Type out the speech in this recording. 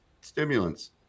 stimulants